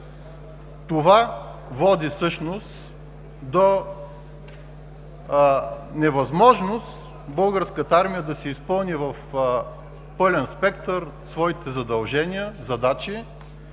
Това води всъщност до невъзможност Българската армия да изпълни в пълен спектър своите задължения, задачи